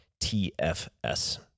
TFS